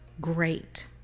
great